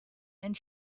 and